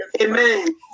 Amen